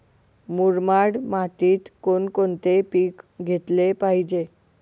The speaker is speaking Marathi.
मुरमाड मातीत कोणकोणते पीक घेतले पाहिजे?